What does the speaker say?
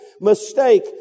mistake